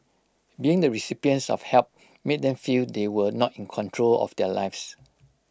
being the recipients of help made them feel they were not in control of their lives